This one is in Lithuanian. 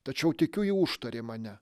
tačiau tikiu ji užtarė mane